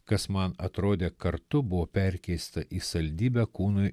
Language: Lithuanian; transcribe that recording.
kas man atrodė kartu buvo perkeista į saldybę kūnui